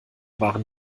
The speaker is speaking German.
waren